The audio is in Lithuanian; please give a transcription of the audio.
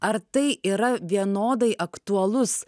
ar tai yra vienodai aktualus